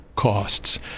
costs